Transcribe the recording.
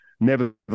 Nevertheless